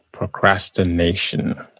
procrastination